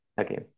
Okay